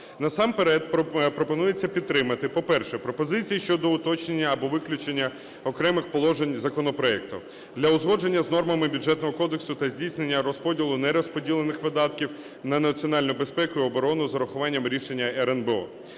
Насамперед пропонується підтримати: По-перше, пропозиції щодо уточнення або виключення окремих положень законопроектів для узгодження з нормами Бюджетного кодексу та здійснення розподілу нерозподілених видатків на національну безпеку і оборону з урахуванням рішення РНБО